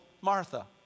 Martha